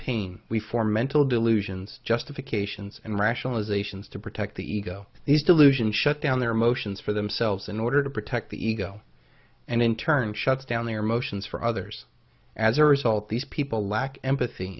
pain we form mental delusions justifications and rationalizations to protect the ego these delusions shut down their emotions for themselves in order to protect the ego and in turn shuts down their emotions for others as a result these people lack empathy